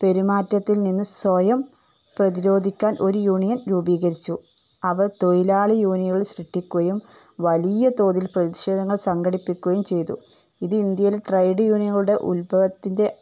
പെരുമാറ്റത്തിൽ നിന്ന് സ്വയം പ്രതിരോധിക്കാൻ ഒരു യൂണിയൻ രൂപീകരിച്ചു അവർ തൊഴിലാളി യൂണിയനുകൾ സൃഷ്ട്ടിക്കുകയും വലിയ തോതിൽ പ്രതിക്ഷേധങ്ങൾ സംഘടിപ്പിക്കുകയും ചെയ്തു ഇത് ഇന്ത്യയിൽ ട്രേഡ് യൂണിയനുടെ ഉത്ഭവത്തിൻ്റെ